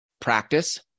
practice